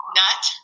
nut